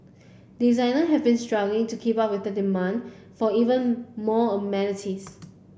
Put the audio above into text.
designer have been struggling to keep up with the demand for even more amenities